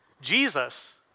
Jesus